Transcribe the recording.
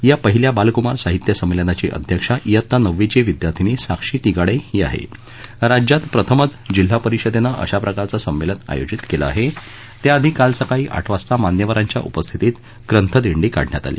या पहिल्या बालकुमार साहित्य संमध्यमाची अध्यक्षा वित्ता नववीची विद्यार्थीनी साक्षी तिगाड ड्री आह रोज्यात प्रथमच जिल्हा परिषदी अशा प्रकारचं संमध्ये आयोजित कलि आह त्याआधी काल सकाळी आठ वाजता मान्यवरांच्या उपस्थितीत ग्रंथ दिंडी काढण्यात आली